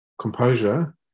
composure